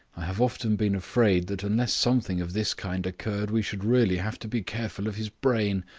i have often been afraid that unless something of this kind occurred we should really have to be careful of his brain.